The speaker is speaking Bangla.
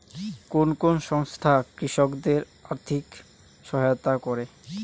কোন কোন সংস্থা কৃষকদের আর্থিক সহায়তা করে?